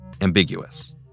ambiguous